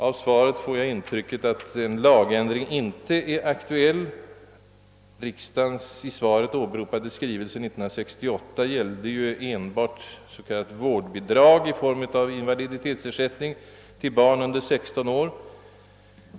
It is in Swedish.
Av svaret får jag det intrycket att en lagändring inte är aktuell. Riksdagens i svaret åberopade skrivelse 1968 gällde ju enbart s.k. vårdbidrag i form av invaliditetsersättning till barn under 16 år.